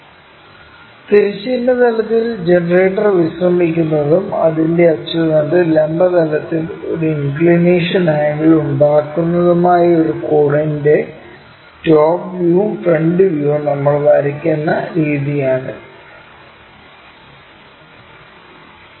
തിരശ്ചീന തലത്തിൽ ജനറേറ്റർ വിശ്രമിക്കുന്നതും അതിന്റെ അച്ചുതണ്ട് ലംബ തലത്തിൽ ഒരു ഇൻക്ക്ളിനേഷൻ ആംഗിൾ ഉണ്ടാക്കുന്നതുമായ ഒരു കോണിന്റെ ടോപ് വ്യൂയും ഫ്രണ്ട് വ്യൂയും നമ്മൾ വരയ്ക്കുന്ന രീതിയാണിത്